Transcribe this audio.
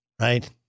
Right